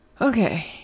Okay